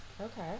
okay